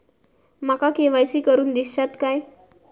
माका के.वाय.सी करून दिश्यात काय?